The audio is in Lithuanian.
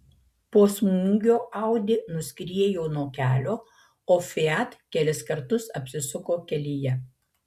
po smūgio audi nuskriejo nuo kelio o fiat kelis kartus apsisuko kelyje